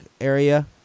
area